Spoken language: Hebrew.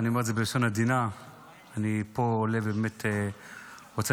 אני אומר את זה בלשון עדינה,